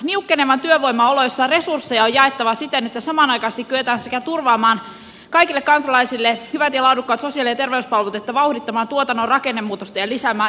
niukkenevan työvoiman oloissa resursseja on jaettava siten että samanaikaisesti kyetään sekä turvaamaan kaikille kansalaisille hyvät ja laadukkaat sosiaali ja terveyspalvelut että vauhdittamaan tuotannon rakennemuutosta ja lisäämään innovaatiopotentiaalia